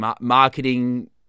marketing